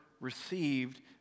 received